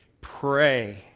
pray